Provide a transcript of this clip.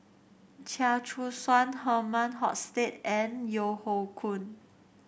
Chia Choo Suan Herman Hochstadt and Yeo Hoe Koon